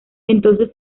entonces